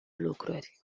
lucruri